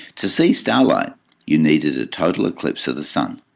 to see starlight you needed a total eclipse of the sun.